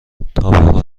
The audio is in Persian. تابحال